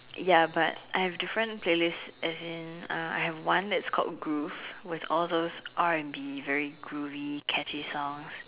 ya but I have different playlist as in uh I have one that's called groove with all those R-and-B very groovy catchy songs